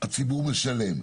הציבור משלם,